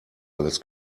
alles